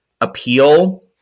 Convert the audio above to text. appeal